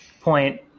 point